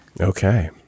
Okay